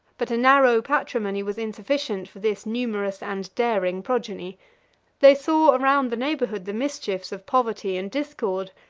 but a narrow patrimony was insufficient for this numerous and daring progeny they saw around the neighborhood the mischiefs of poverty and discord,